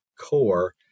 core